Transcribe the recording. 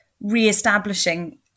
re-establishing